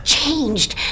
changed